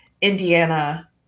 Indiana